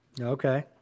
Okay